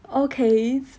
okay